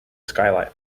skylight